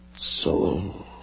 soul